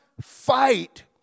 fight